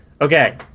okay